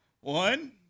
One